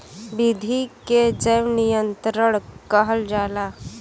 विधि के जैव नियंत्रण कहल जाला